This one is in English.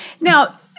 Now